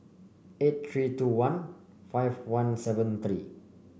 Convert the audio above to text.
eight three two one five one seven three